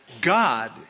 God